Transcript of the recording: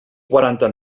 quaranta